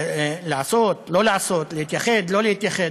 לעשות, לא לעשות, להתייחד, לא להתייחד.